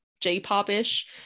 J-pop-ish